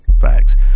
Facts